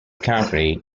company